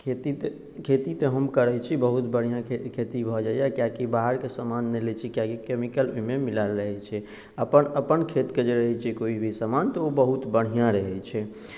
खेती तऽ खेती तऽ हम करैत छी बहुत बढ़िआँ खेती भऽ जाइए कियाकि बाहरके समान नहि लैत छी कियाकि केमिकल ओहिमे मिलाएल रहैत छै अपन अपन खेतक जे रहैत छै कोइ भी सामान तऽ ओ बहुत बढ़िआँ रहैत छै